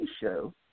show